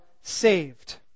saved